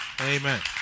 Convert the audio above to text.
Amen